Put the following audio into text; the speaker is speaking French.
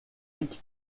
mike